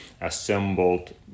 assembled